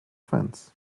fence